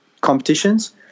competitions